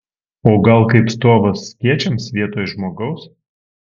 o gal kaip stovas skėčiams vietoj žmogaus